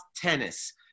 tennis